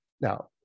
Now